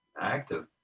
active